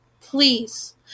Please